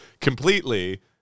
completely